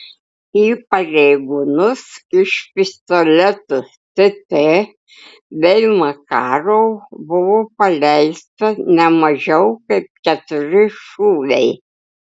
į pareigūnus iš pistoletų tt bei makarov buvo paleista ne mažiau kaip keturi šūviai